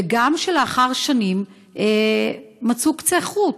וגם שלאחר שנים מצאו קצה חוט.